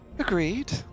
Agreed